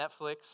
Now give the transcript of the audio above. Netflix